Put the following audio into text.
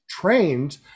trained